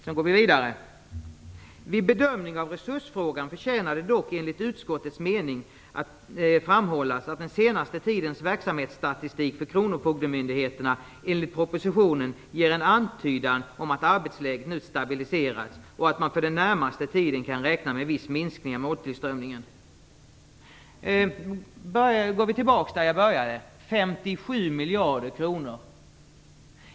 Sedan går vi vidare: "Vid bedömningen av resursfrågan förtjänar det dock enligt utskottets mening att framhållas att den senaste tidens verksamhetsstatistik för kronofogdemyndigheterna enligt propositionen ger en antydan om att arbetsläget nu stabiliserats och att man för den närmaste tiden kan räkna med en viss minskning av måltillströmningen." Jag kan gå tillbaka till det som jag började med: 57 miljarder kronor.